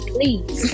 Please